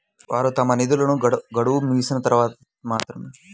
వారు తమ నిధులను గడువు ముగిసిన తర్వాత మాత్రమే ఉపసంహరించుకోవచ్చు